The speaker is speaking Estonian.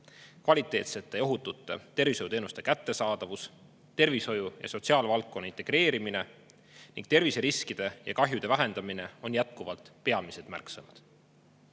kvaliteetsete ja ohutute tervishoiuteenuste kättesaadavus, tervishoiu‑ ja sotsiaalvaldkonna integreerimine ning terviseriskide ja kahjude vähendamine on jätkuvalt peamised